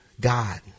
God